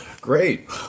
Great